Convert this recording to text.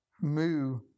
Moo